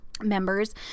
members